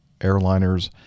airliners